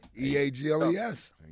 E-A-G-L-E-S